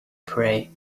pray